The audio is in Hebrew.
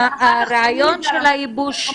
הרעיון של הייבוש.